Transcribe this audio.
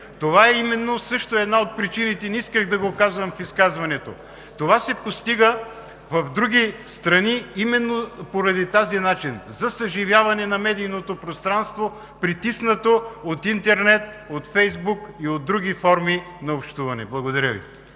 Това именно е една от причините – не исках да го казвам в изказването, постига се в други страни именно поради този начин – за съживяване на медийното пространство, притиснато от интернет, от Фейсбук, и от други форми на общуване. Благодаря Ви.